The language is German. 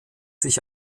sich